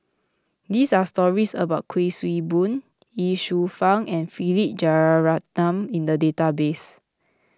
there are stories about Kuik Swee Boon Ye Shufang and Philip Jeyaretnam in the database